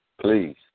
please